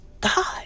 God